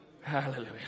Hallelujah